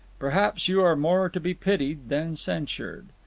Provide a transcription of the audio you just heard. perhaps you are more to be pitied than censured.